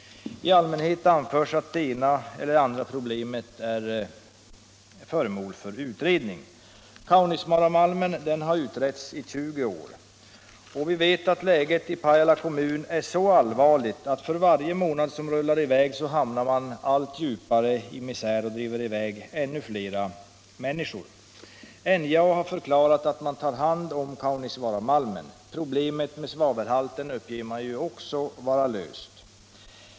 I allmänhet anförs att det och det problemet är föremål för utredning. Frågan om Kaunisvaaramalmen har utretts i 20 år, och vi vet att läget i Pajala kommun är så allvarligt att för varje månad som rullar i väg hamnar man allt djupare i misär och driver bort ännu fler människor. NJA har förklarat att företaget tar hand om Kaunisvaaramalmen. Problemet med svavelhalten uppges också vara löst.